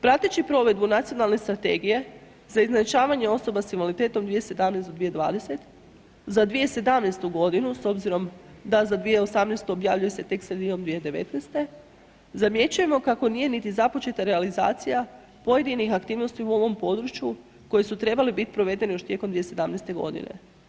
Prateći provedbu Nacionalne strategije za izjednačavanje osoba s invaliditetom 2017.-2020. za 2017. g. s obzirom da za 2018. objavljuje se tek sredinom 2019., zamjećujemo nije niti započeta realizacija pojedinih aktivnosti u ovom području koje su trebale biti provedene još tijekom 2017. godine.